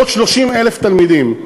עוד 30,000 תלמידים,